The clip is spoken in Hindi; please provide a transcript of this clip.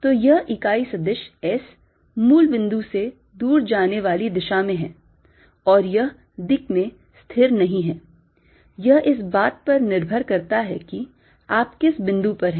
तो यह इकाई सदिश S मूल बिंदु से दूर जाने वाली दिशा में है और यह दिक् में स्थिर नहीं है यह इस बात पर निर्भर करता है कि आप किस बिंदु पर हैं